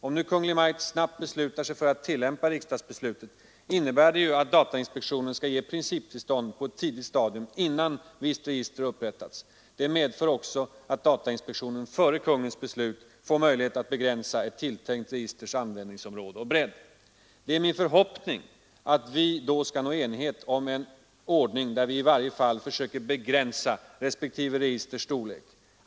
Om nu Kungl. Maj:t snabbt beslutar sig för att tillämpa riksdagsbeslutet, innebär det att datainspektionen skall ge principtillstånd på ett tidigt stadium innan visst register upprättas. Det medför också att datainspektionen före Konungens beslut får möjlighet att begränsa ett tilltänkt registers användningsområde och bredd. Det är min förhoppning att vi då skall nå enighet om en ordning där vi i varje fall försöker begränsa respektive registers storlek.